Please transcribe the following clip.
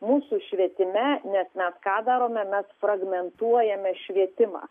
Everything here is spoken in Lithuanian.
mūsų švietime nes mes ką darome mes fragmentuojame švietimą